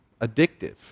addictive